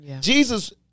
Jesus